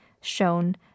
shown